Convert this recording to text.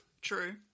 true